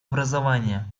образования